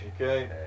Okay